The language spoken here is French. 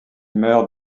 meurt